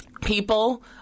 People